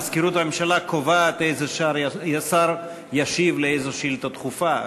מזכירות הממשלה קובעת איזה שר ישיב על איזו שאילתה דחופה.